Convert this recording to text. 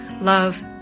Love